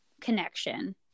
connection